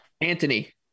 Anthony